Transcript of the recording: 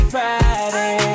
Friday